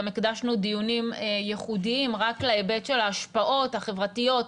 גם הקדשנו דיונים ייחודיים רק להיבט של ההשפעות החברתיות,